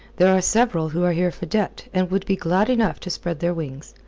there are several who are here for debt, and would be glad enough to spread their wings.